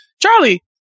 Charlie